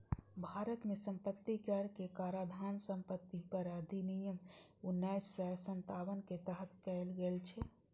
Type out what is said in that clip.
भारत मे संपत्ति कर के काराधान संपत्ति कर अधिनियम उन्नैस सय सत्तावन के तहत कैल गेल छै